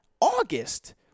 august